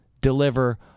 deliver